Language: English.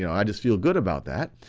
you know i just feel good about that,